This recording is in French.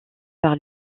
par